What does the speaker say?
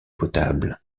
potable